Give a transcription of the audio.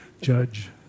judge